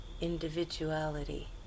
individuality